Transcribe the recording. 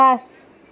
পাঁচ